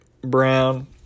Brown